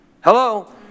hello